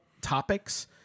topics